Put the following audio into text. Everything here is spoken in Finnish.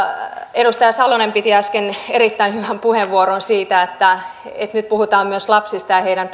edustaja salonen piti äsken erittäin hyvän puheenvuoron siitä että nyt puhutaan myös lapsista ja ja heidän